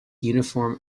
uniform